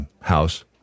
house